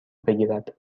بگیرد